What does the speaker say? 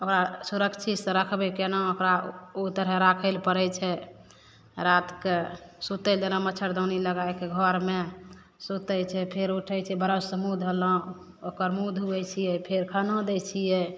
ओकरा सुरक्षितसँ रखबय केना ओकरा उ तरहे राखय लए पड़य छै रातिके सुतय जेना मच्छरदानी लगायके घरमे सुतय छै फेर उठय छै ब्रशसँ मुँह धोलहुँ ओकर मुँह धुवै छियै फेर खाना दै छियै